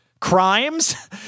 crimes